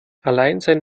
alleinsein